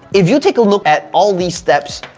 if you take a look at all these steps,